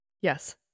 Yes